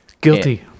Guilty